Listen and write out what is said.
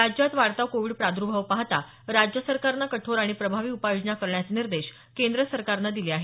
राज्यात वाढता कोविड प्रादुर्भाव पाहता राज्य सरकारनं कठोर आणि प्रभावी उपाययोजना करण्याचे निर्देश केंद्र सरकारनं दिले आहेत